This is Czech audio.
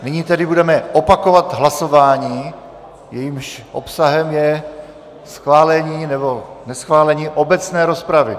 Nyní tedy budeme opakovat hlasování, jehož obsahem je schválení nebo neschválení obecné rozpravy.